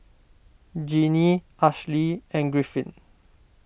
Genie Ashli and Griffin